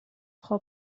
frau